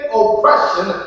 oppression